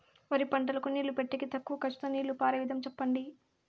వరి పంటకు నీళ్లు పెట్టేకి తక్కువ ఖర్చుతో నీళ్లు పారే విధం చెప్పండి?